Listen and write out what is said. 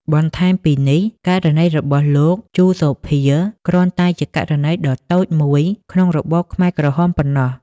បន្ថែមពីនេះ ករណីរបស់លោក លោក ជូ សូភា គ្រាន់តែជាករណីដ៏តូចមួយក្នុងរបបខ្មែរក្រហមប៉ុណ្ណោះ។